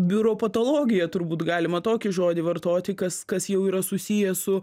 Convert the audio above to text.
biuropatologiją turbūt galima tokį žodį vartoti kas kas jau yra susiję su